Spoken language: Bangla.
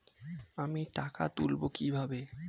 আমি টাকা তুলবো কি ভাবে?